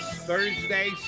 Thursday